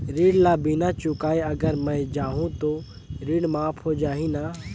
ऋण ला बिना चुकाय अगर मै जाहूं तो ऋण माफ हो जाही न?